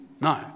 No